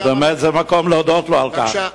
זה המקום להודות לו על כך.